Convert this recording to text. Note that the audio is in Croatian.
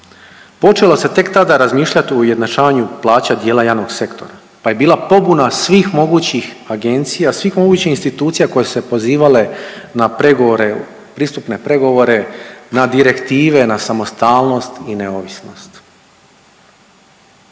Počelo se tek tada razmišljat o ujednačavanju plaća dijela javnog sektora, pa je bila pobuna svih mogućih agencija, svih mogućih institucija koje su se pozivale na pregovore pristupne pregovore, na direktive, na samostalnog i neovisnost.